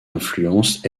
influence